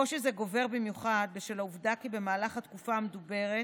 קושי זה גובר במיוחד בשל העובדה כי במהלך התקופה המדוברת